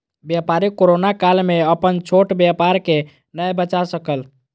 व्यापारी कोरोना काल में अपन छोट व्यापार के नै बचा सकल